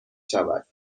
شود